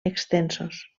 extensos